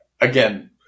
again